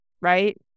Right